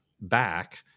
back